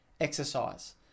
exercise